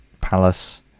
palace